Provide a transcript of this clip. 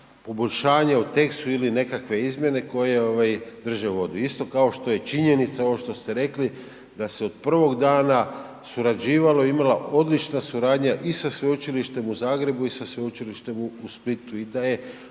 poboljšanja u tekstu ili nekakve izmjene koje drže vodu, isto kao što je i činjenica ovo što ste rekli, da se od prvog dana surađivalo i mala odlična suradnja i sa Sveučilištem u Zagrebu i sa Sveučilištem u Splitu i da je